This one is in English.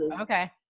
Okay